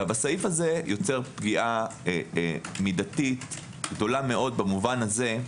הסעיף הזה יוצר פגיעה מידתית גדולה מאוד במובן הזה,